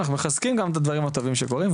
אנחנו מחזקים גם את הדברים הטובים שקורים,